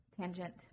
tangent